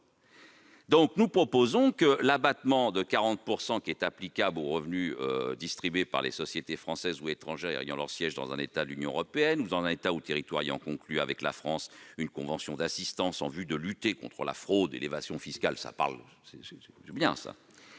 ! Nous proposons que l'abattement de 40 %, applicable aux revenus distribués par les sociétés françaises ou étrangères ayant leur siège dans un État de l'Union européenne ou dans un État ou territoire ayant conclu avec la France une convention d'assistance en vue de lutter contre la fraude et l'évasion fiscales- fiscalité